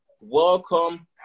Welcome